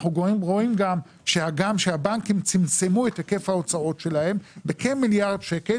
אנחנו רואים גם שהגם שהבנקים צמצמו את היקף ההוצאות שלהם בכמיליארד שקל